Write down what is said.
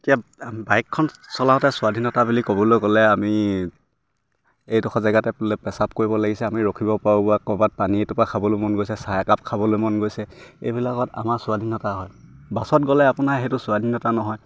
এতিয়া বাইকখন চলাওঁতে স্বাধীনতা বুলি ক'বলৈ গ'লে আমি এইডোখৰ জেগাতে পেচাব কৰিব লাগিছে আমি ৰখিব পাৰোঁ বা ক'ৰবাত পানী এটোপা খাবলৈ মন গৈছে চাহ একাপ খাবলৈ মন গৈছে এইবিলাকত আমাৰ স্বাধীনতা হয় বাছত গ'লে আপোনাৰ সেইটো স্বাধীনতা নহয়